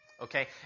Okay